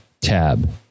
tab